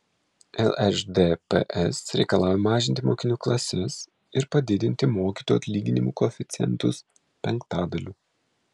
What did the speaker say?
lšdps reikalauja mažinti mokinių klases ir padidinti mokytojų atlyginimų koeficientus penktadaliu